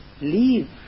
leave